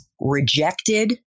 rejected